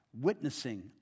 witnessing